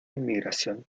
inmigración